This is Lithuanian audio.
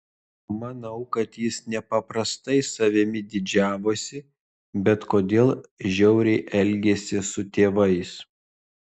manau kad jis nepaprastai savimi didžiavosi bet kodėl žiauriai elgėsi su tėvais